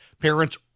Parents